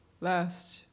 last